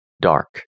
Dark